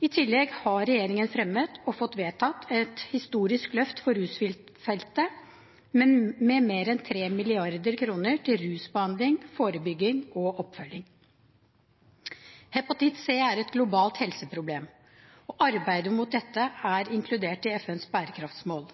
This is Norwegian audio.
I tillegg har regjeringen fremmet og fått vedtatt et historisk løft for rusfeltet, med mer enn 3 mrd. kr til rusbehandling, forebygging og oppfølging. Hepatitt C er et globalt helseproblem, og arbeidet mot dette er inkludert i FNs bærekraftsmål.